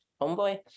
Homeboy